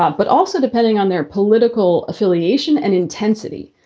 ah but also depending on their political affiliation and intensity.